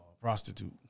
Prostitute